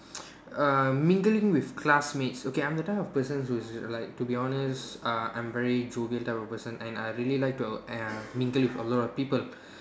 err mingling with classmates okay I'm the type of person who is like to be honest uh I'm very jovial type of person and I really like uh to mingle with a lot of people